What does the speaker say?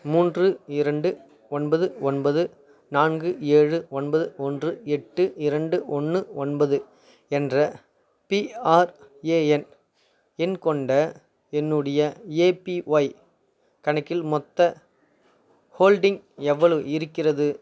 மூன்று இரண்டு ஒன்பது ஒன்பது நான்கு ஏழு ஒன்பது ஒன்று எட்டு இரண்டு ஒன்று ஒன்பது என்ற பிஆர்ஏஎன் எண் கொண்ட என்னுடைய ஏபிஒய் கணக்கில் மொத்தம் ஹோல்டிங் எவ்வளவு இருக்கின்றது